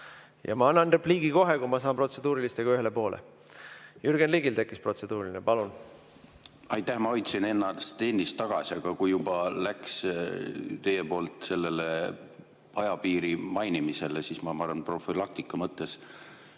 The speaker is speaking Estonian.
Ma annan repliigi kohe, kui ma saan protseduurilistega ühele poole. Jürgen Ligil tekkis protseduuriline. Palun! Aitäh! Ma hoidsin ennast ennist tagasi, aga kui juba läks teie poolt ajapiiri mainimisele, siis ma profülaktika mõttes